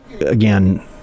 again